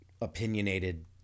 opinionated